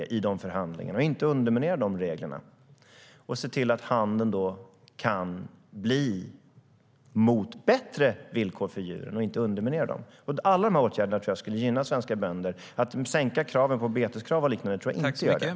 Vi ska inte underminera de reglerna utan se till att handeln kan leda till bättre villkor för djuren.